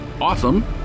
awesome